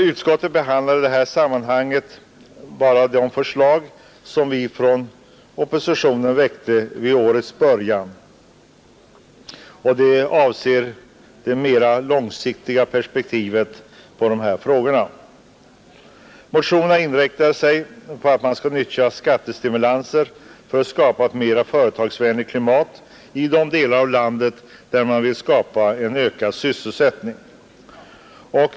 Utskottet har emellertid i det här sammanhanget bara att behandla de förslag som vi inom oppositionen väckte vid årets början och som avser det mera långsiktiga perspektivet beträffande dessa frågor. Motionerna går ut på att skattestimulanser skall användas för att skapa ett mera företagsvänligt klimat i de delar av landet där man vill åstadkomma en ökad sysselsättning.